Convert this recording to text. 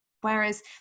Whereas